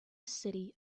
city